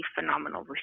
phenomenal